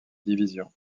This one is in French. divisions